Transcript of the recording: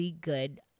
good